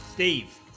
Steve